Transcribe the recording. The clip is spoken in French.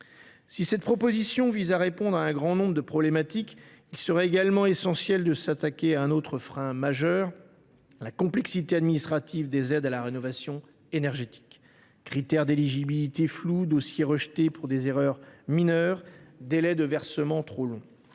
Si cette proposition de loi vise à répondre à un grand nombre de problématiques, il est également essentiel de s’attaquer à un autre frein majeur : la complexité administrative des aides à la rénovation énergétique. Critères d’éligibilité flous, dossiers rejetés à cause d’erreurs mineures, délais de versement trop longs